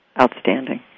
Outstanding